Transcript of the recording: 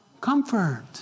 Comfort